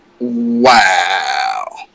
Wow